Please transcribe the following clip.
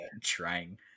Trying